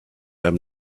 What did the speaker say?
i’m